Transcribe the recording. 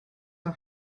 are